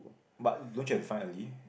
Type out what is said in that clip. but don't you have to find early